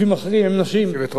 יושבת-ראש האופוזיציה היתה אשה.